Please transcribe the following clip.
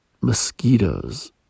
mosquitoes